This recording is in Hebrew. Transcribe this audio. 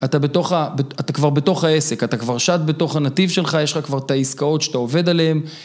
אתה כבר בתוך העסק, אתה כבר שט בתוך הנתיב שלך, יש לך כבר את העסקאות שאתה עובד עליהן.